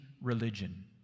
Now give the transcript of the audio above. religion